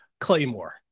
Claymore